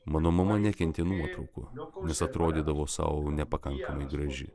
mano mama nekentė nuotraukų nes atrodydavo sau nepakankamai graži